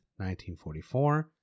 1944